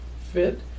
fit